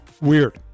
weird